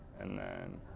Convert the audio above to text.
and then